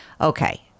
Okay